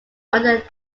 under